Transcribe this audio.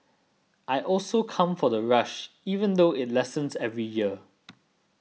I also come for the rush even though it lessens every year